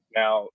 now